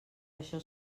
això